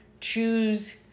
choose